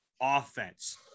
offense